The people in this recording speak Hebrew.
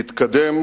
להתקדם